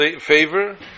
favor